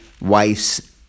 wife's